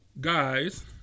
guys